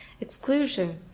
exclusion